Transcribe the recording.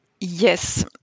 Yes